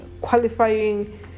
qualifying